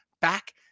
back